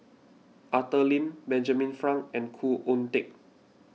Arthur Lim Benjamin Frank and Khoo Oon Teik